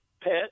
pet